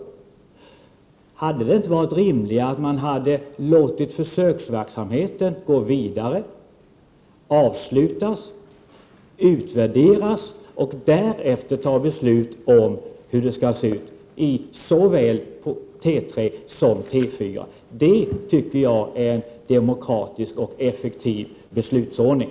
Hade det inte varit rimligare att man låtit försöksverksamheten gå vidare, avslutas och utvärderas, och därefter fattat beslut om hur det skall se ut på såväl T3 som T4? Det är en demokratisk och effektiv beslutsordning.